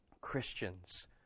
christians